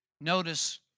Notice